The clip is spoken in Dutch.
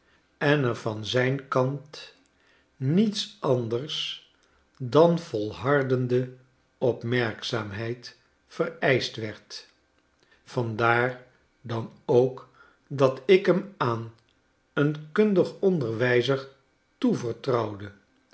en er van zijn kant niets anders dan volhardende opmerkzaamheid vereischt werd vandaar dan ook dat ik hem aan een kundig onderwijzer toevertrouwde